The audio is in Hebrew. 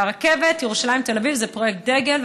והרכבת ירושלים תל אביב זה פרויקט דגל,